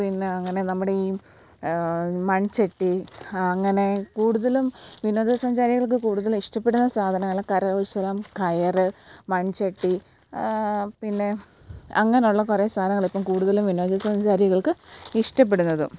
പിന്നെ അങ്ങനെ നമ്മുടെ ഈ മൺചട്ടി അങ്ങനെ കൂടുതലും വിനോദ സഞ്ചാരികൾക്ക് കൂടുതലും ഇഷ്ടപ്പെടുന്ന സാധനങ്ങൾ കരകൗശലം കയർ മൺചട്ടി പിന്നെ അങ്ങനെയുള്ള കുറേ സാധനങ്ങളിപ്പം കൂടുതലും വിനോദസഞ്ചാരികൾക്ക് ഇഷ്ടപ്പെടുന്നതും